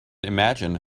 imagine